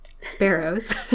sparrows